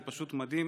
זה פשוט מדהים